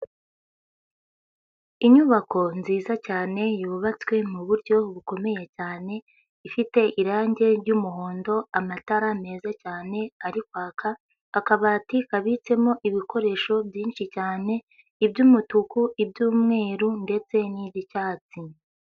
Inyubako nziza cyane yubatswe mu buryo bukomeye cyane, ifite irangi ry'umuhondo, amatara meza cyane ari kwaka, akabati kabitsemo ibikoresho byinshi cyane, iby'umutuku, iby'umweru ndetse n'icyatsi.